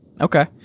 Okay